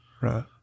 Right